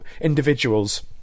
individuals